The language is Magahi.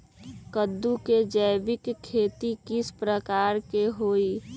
कददु के जैविक खेती किस प्रकार से होई?